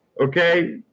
Okay